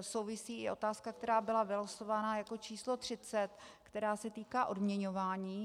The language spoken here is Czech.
souvisí otázka, která byla vylosovaná jako číslo 30, která se týká odměňování.